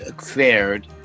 fared